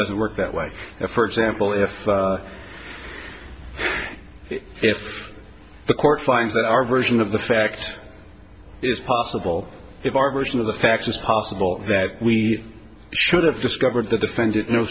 doesn't work that way for example if if the court finds that our version of the fact is possible if our version of the facts is possible that we should have discovered the defendant no